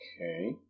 Okay